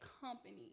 company